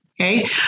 Okay